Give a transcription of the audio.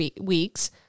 weeks